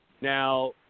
Now